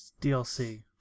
DLC